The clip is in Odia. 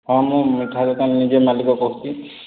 ହଁ ମୁଁ ମିଠା ଦୋକାନ ନିଜେ ମାଲିକ କହୁଛି